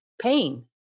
pain